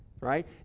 right